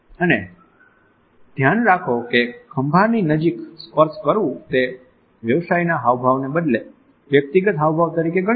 અને ધ્યાન રાખો કે ખભાની નજીક સ્પર્શ કરવું તે વ્યવસાયના હાવભાવને બદલે વ્યક્તિગત હાવભાવ તરીકે ગણી શકાય